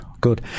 good